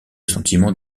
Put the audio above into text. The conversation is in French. sentiment